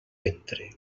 ventre